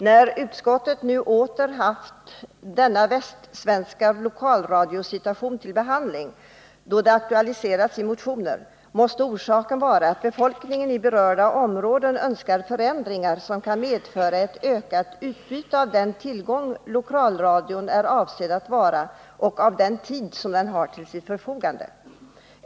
När utskottet nu åter haft frågan om denna västsvenska lokalradiosituation uppe till behandling på grund av att den aktualiserats i motioner, måste orsaken vara att befolkningen i berörda områden önskar förändringar som kan medföra ett ökat utbyte av den tillgång lokalradion är avsedd att vara och av den tid den har till sitt förfogande.